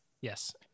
yes